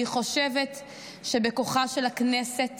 אני חושבת שבכוחה של הכנסת